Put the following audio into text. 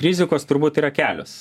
rizikos turbūt yra kelios